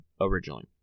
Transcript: originally